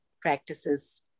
practices